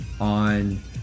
on